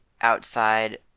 outside